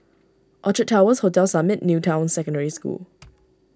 Orchard Towers Hotel Summit New Town Secondary School